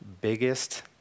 biggest